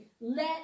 Let